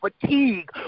fatigue